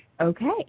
okay